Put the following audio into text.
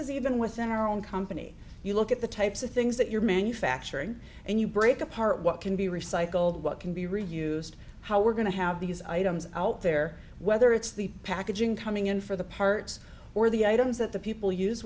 is even within our own company you look at the types of things that you're manufacturing and you break apart what can be recycled what can be reused how we're going to have these items out there whether it's the packaging coming in for the parts or the items that the people use